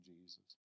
Jesus